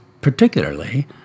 particularly